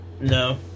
No